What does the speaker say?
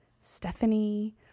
Stephanie